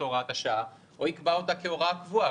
הוראת השעה או יקבע אותה כהוראה קבועה,